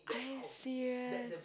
are you serious